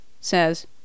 says